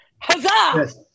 Huzzah